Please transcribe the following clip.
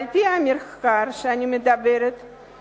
על-פי המחקר שאני מדברת עליו,